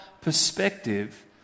perspective